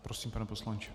Prosím, pane poslanče.